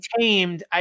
tamed